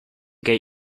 get